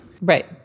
Right